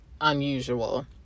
unusual